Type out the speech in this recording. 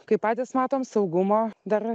kaip patys matom saugumo dar